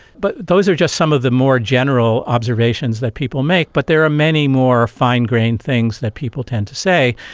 but those are just some of the more general observations that people make, but there are many more fine-grained things that people tend to say.